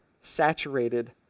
saturated